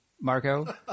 Marco